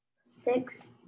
Six